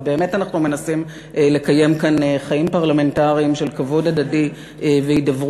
ובאמת אנחנו מנסים לקיים כאן חיים פרלמנטריים של כבוד הדדי והידברות.